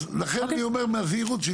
לכן, אני אומר בזהירות.